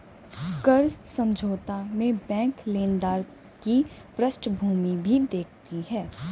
कर्ज समझौता में बैंक लेनदार की पृष्ठभूमि भी देखती है